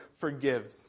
forgives